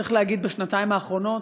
צריך להגיד: בשנתיים האחרונות,